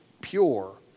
pure